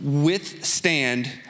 withstand